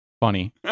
Funny